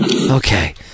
okay